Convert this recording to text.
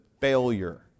failure